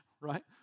Right